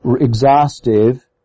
exhaustive